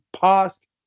past